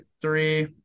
three